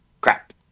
Crap